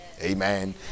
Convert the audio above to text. Amen